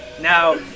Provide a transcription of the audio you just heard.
Now